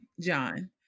John